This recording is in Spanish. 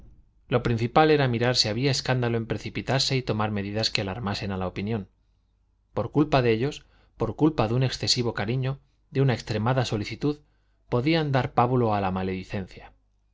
lo principal era mirar si había escándalo en precipitarse y tomar medidas que alarmasen a la opinión por culpa de ellos por culpa de un excesivo cariño de una extremada solicitud podían dar pábulo a la maledicencia